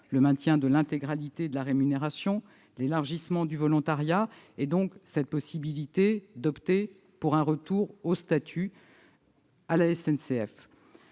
le maintien de l'intégralité de la rémunération, l'élargissement du volontariat et la possibilité d'opter pour un retour au statut, à la SNCF.